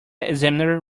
examiner